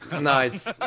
Nice